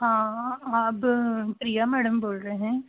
हाँ आप प्रिया मैडम बोल रहे हैं